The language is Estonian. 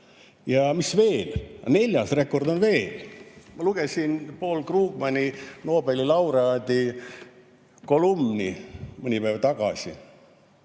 Ja mis veel? Neljas rekord on veel. Ma lugesin Paul Krugmani, Nobeli laureaadi kolumni mõni päev tagasi